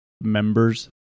members